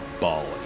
Balling